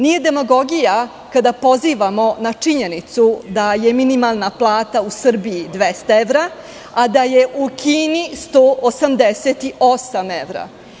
Nije demagogija kada pozivamo na činjenicu da je minimalna plata u Srbiji 200 evra, a da je u Kini 188 evra.